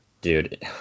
Dude